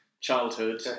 Childhood